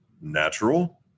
Natural